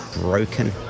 broken